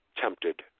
tempted